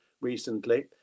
Recently